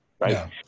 Right